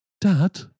dad